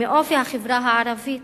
מאופי החברה הערבית